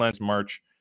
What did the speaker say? march